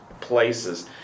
places